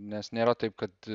nes nėra taip kad